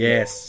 Yes